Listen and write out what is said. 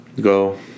go